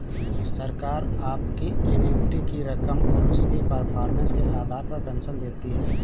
सरकार आपकी एन्युटी की रकम और उसकी परफॉर्मेंस के आधार पर पेंशन देती है